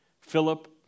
Philip